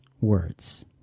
words